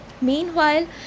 Meanwhile